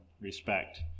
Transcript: respect